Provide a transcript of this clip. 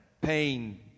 Pain